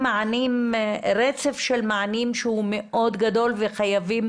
זה רצף של מענים שהוא מאוד גדול וחייבים